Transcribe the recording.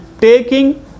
taking